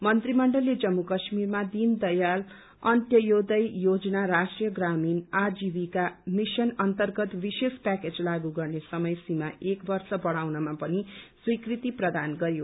मन्त्रीमण्डलले जम्मू काश्मीरमा दीन दयाल अर्न्तोदय योजना राष्ट्रीय ग्रामीण आजीविका मिशन अन्तर्गत विशेष प्याकेज लागू गर्ने समय सीमा एक वर्ष बढ़ाउनमा पनि स्वीकृति प्रदान गरयो